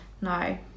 No